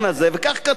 כך כתוב,